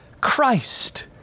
Christ